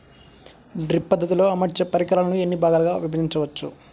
Drip పద్ధతిలో అమర్చే పరికరాలను ఎన్ని భాగాలుగా విభజించవచ్చు?